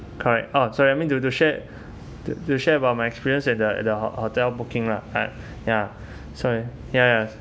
correct uh sorry I mean to to share to share about my experience at the at the ho~ hotel booking lah uh ya sorry ya ya